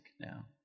now